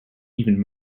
even